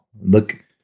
look